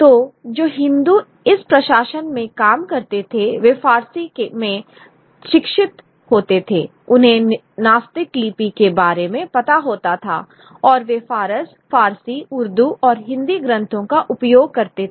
तो जो हिंदू इन प्रशासन में काम करते थे वे फारसी में शिक्षित होते थे उन्हें नास्तिक लिपि के बारे में पता होता था और वे फारस फारसी उर्दू और हिंदी ग्रंथों का उपयोग कर सकते थे